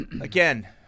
Again